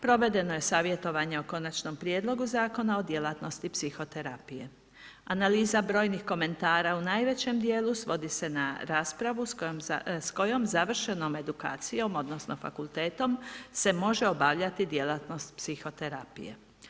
Provedbeno je savjetovanje o konačnom prijedlogu Zakona o djelatnosti psihoterapije, analiza brojnih komentara u najvećem dijelu, svodi se na raspravu, s kojom završenom edukacijom odnosno, fakultetom, se može obavljati djelatnost psihoterapije.